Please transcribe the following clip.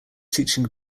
teaching